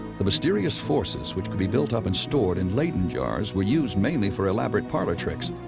the mysterious forces which could be built up and stored in leyden jars were used mainly for elaborate parlor tricks.